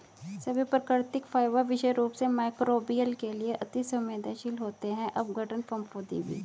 सभी प्राकृतिक फाइबर विशेष रूप से मइक्रोबियल के लिए अति सवेंदनशील होते हैं अपघटन, फफूंदी भी